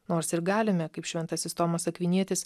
nors ir galime kaip šventasis tomas akvinietis